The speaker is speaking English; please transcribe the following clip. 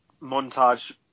montage